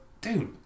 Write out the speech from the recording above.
dude